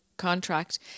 contract